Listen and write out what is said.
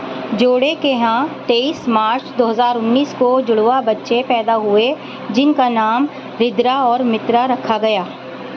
جوڑے کے یہاں تیئس مارچ دو ہزار انیس کو جڑوا بچے پیدا ہوئے جن کا نام ردرا اور مترا رکھا گیا